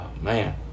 man